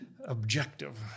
objective